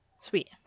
sweet